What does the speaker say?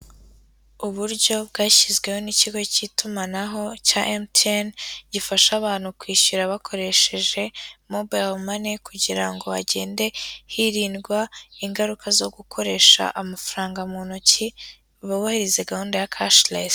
uburyo bwashyizweho n'ikigo cy'itumanaho cya MTN gifasha abantu kwishyura bakoresheje mobayiro mane, kugira ngo hagende hirindwa ingaruka zo gukoresha amafaranga mu ntoki, bubahiririza gahunda ya kashiresi.